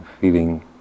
feeling